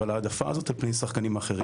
אבל ההעדפה הזאת על פני שחקנים אחרים.